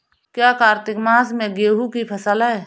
क्या कार्तिक मास में गेहु की फ़सल है?